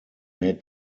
made